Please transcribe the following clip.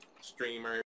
streamer